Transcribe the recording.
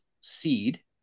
seed